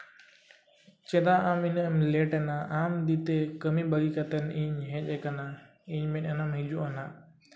ᱪᱮᱫᱟᱜ ᱟᱢ ᱩᱱᱟᱹᱜ ᱮᱢ ᱞᱮᱴ ᱮᱱᱟ ᱟᱢ ᱤᱫᱤ ᱤᱧ ᱠᱟᱹᱢᱤ ᱵᱟᱹᱜᱤ ᱠᱟᱛᱮ ᱤᱧ ᱦᱮᱡ ᱠᱟᱱᱟ ᱤᱧ ᱢᱮᱱᱮᱫᱼᱟ ᱦᱟᱸᱜ ᱦᱤᱡᱩᱜ ᱟᱢ ᱦᱟᱸᱜ